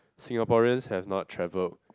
Singaporeans has not travelled